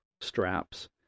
straps